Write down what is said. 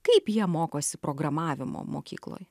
kaip jie mokosi programavimo mokykloj